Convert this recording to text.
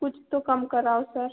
कुछ तो कम कराओ सर